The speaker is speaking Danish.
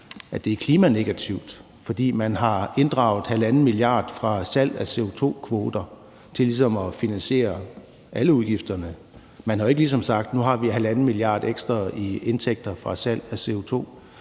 det er klimanegativt, for man har inddraget 1,5 mia. kr. fra salg af CO2-kvoter til ligesom at finansiere alle udgifterne. Man har jo ikke ligesom sagt, at nu har vi 1,5 mia. kr. ekstra i indtægter fra salg af